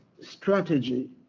strategy